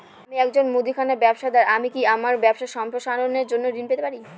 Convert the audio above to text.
আমি একজন ছোট মুদিখানা ব্যবসাদার আমি কি আমার ব্যবসা সম্প্রসারণের জন্য ঋণ পেতে পারি?